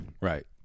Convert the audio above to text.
Right